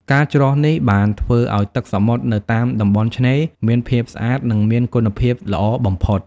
ការច្រោះនេះបានធ្វើឲ្យទឹកសមុទ្រនៅតាមតំបន់ឆ្នេរមានភាពស្អាត និងមានគុណភាពល្អបំផុត។